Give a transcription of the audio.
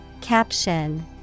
Caption